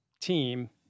team